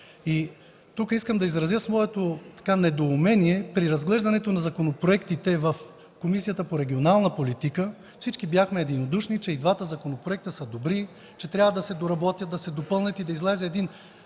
И тук искам да изразя своето недоумение. При разглеждането на законопроектите в Комисията по регионална политика всички бяхме единодушни, че и двата законопроекта са добри, че трябва да се доработят, да се допълнят и да излезе един